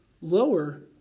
lower